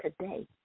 today